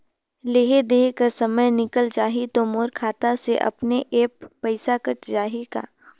Loan देहे कर समय निकल जाही तो मोर खाता से अपने एप्प पइसा कट जाही का?